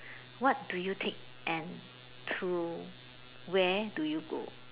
what do you take and to where do you go